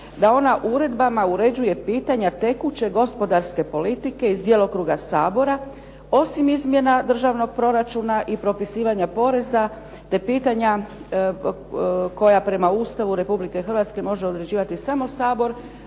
da ona uredbama uređuje pitanja tekuće gospodarske politike iz djelokruga Sabora, osim izmjena državnog proračuna i propisivanja poreza te pitanja koja prema Ustavu Republike Hrvatske može određivati samo Sabor